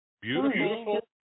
Beautiful